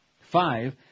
Five